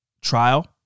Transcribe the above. trial